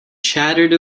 chattered